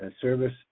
service